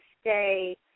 stay